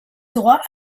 droits